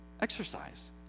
Exercise